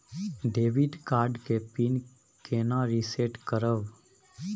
Debit card के PIN केना reset करब?